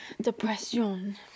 Depression